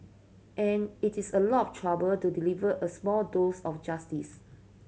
and it is a lot trouble to deliver a small dose of justice